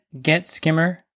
GetSkimmer